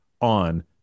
on